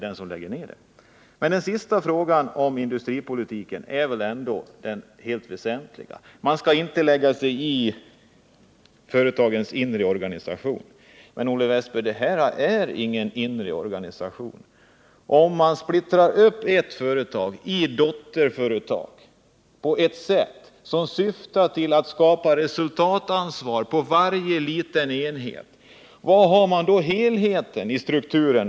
Men den sista frågan, om industripolitiken, är väl ändå den helt väsentliga. Man skall inte lägga sig i företagens inre organisation, men, Olle Wästberg, det här gäller ingen inre organisation. Om man splittrar upp ett företag i dotterföretag på ett sätt som syftar till att skapa resultatansvar på varje liten enhet, var har vi då helheten i strukturen?